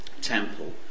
temple